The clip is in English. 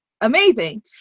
amazing